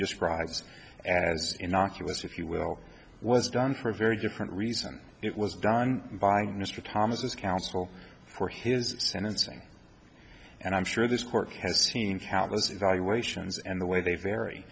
describes as innocuous if you will was done for a very different reason it was done by mr thomas's counsel for his sentencing and i'm sure this court has seen countless evaluations and the way they vary